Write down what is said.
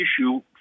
issue